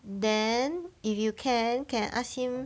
then if you can can ask him